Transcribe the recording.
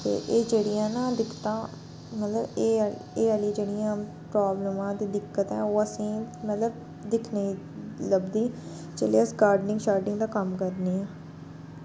ते एह् जेह्ड़ियां ना दिक्कतां मतलब एह् आह्ली एह् आह्ली जेह्ड़ियां प्राब्लमां ते दिक्कतां ओह् असेंगी मतलब दिक्खने लभदी जेल्लै अस गार्डनिग छार्डनिंग दा कम्म करने आं